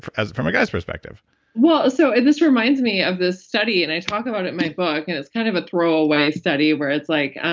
ah from a guy's perspective well so and this reminds me of this study. and i talk about my book and it's kind of a throw away study where it's like,